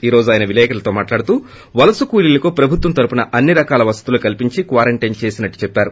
ఈ రోజు ఆయన విలేకర్లతో మాట్లాడుతూ వలస కూలీలకు ప్రభుత్వం తరఫున అన్ని రకాల వసతులు కల్పించి క్వారంటైన్ చేశామని చెప్పారు